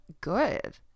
good